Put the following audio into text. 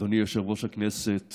אדוני יושב-ראש הכנסת